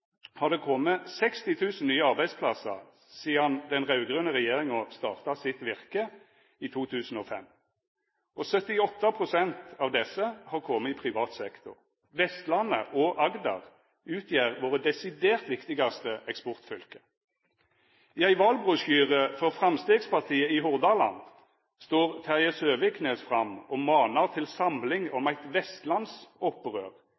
har det kome 60 000 nye arbeidsplassar sidan den raud-grøne regjeringa starta sitt virke i 2005, og 78 pst. av desse har kome i privat sektor. Vestlandet og Agder-fylka utgjer våre desidert viktigaste eksportfylke. I ein valbrosjyre for Framstegspartiet i Hordaland står Terje Søviknes fram og manar til samling